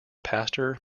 pastor